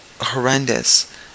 horrendous